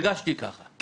הרגשתי ככה,